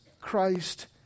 Christ